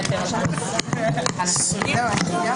הישיבה